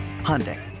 Hyundai